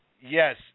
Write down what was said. Yes